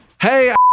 Hey